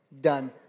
done